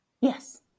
Yes